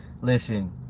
Listen